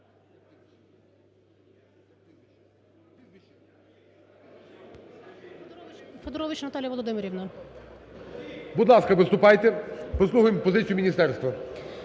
Будь ласка, виступайте. Послухаємо позицію міністерства.